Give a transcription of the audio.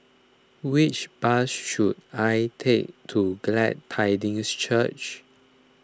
which bus should I take to Glad Tidings Church